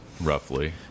roughly